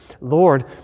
Lord